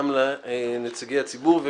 לנציגי הציבור,